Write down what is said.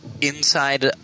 inside